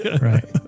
right